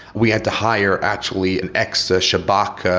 we had to hire actually an ex ah shabak,